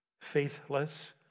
faithless